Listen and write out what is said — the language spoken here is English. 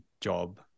job